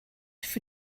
für